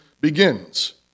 begins